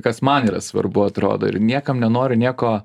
kas man yra svarbu atrodo ir niekam nenoriu nieko